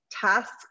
task